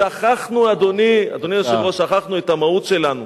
שכחנו, אדוני היושב-ראש, את המהות שלנו.